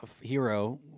hero